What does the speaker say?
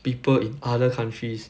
people in other countries